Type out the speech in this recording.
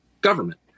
government